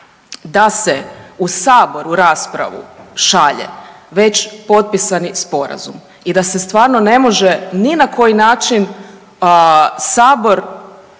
da se u Saboru u raspravu šalje već potpisani sporazum i da se stvarno ne može ni na koji način Sabor